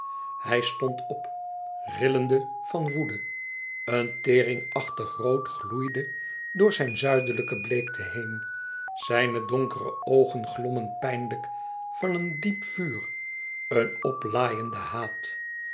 hij stond op rillende van woede een teringachtig rood gloeide door zijne zuidelijke bleekte heen zijne donkere oogen glommen pijnlijk van een diep vuur een oplaaiende haat